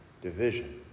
division